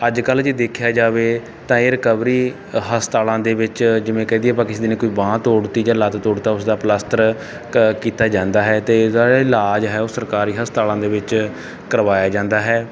ਅੱਜ ਕੱਲ੍ਹ ਜੇ ਦੇਖਿਆ ਜਾਵੇ ਤਾਂ ਇਹ ਰਿਕਵਰੀ ਹਸਤਾਲਾਂ ਦੇ ਵਿੱਚ ਜਿਵੇਂ ਕਹਿ ਦਈਏ ਆਪਾਂ ਕਿਸੇ ਦਿਨ ਬਾਂਹ ਤੋੜਤੀ ਜਾਂ ਲੱਤ ਤੋੜਤੀ ਉਸ ਦਾ ਪਲਸਤਰ ਕ ਕੀਤਾ ਜਾਂਦਾ ਹੈ ਅਤੇ ਇਹਦਾ ਇਲਾਜ ਹੈ ਉਹ ਸਰਕਾਰੀ ਹਸਤਾਲਾਂ ਦੇ ਵਿੱਚ ਕਰਵਾਇਆ ਜਾਂਦਾ ਹੈ